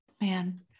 man